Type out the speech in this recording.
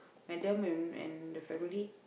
Madam and and the family